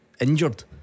injured